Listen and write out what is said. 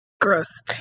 Gross